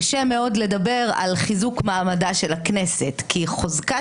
קשה מאוד לדבר על חיזוק מעמדה של הכנסת כי חוזקה